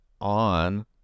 on